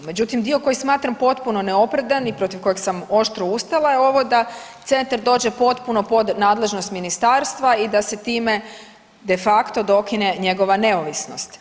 Međutim, dio koji smatram potpuno neopravdani i protiv kojeg sam oštro ustala je ovo da centar dođe potpuno pod nadležnost ministarstva i da se time de facto dokine njegova neovisnost.